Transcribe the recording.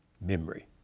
memory